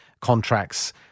contracts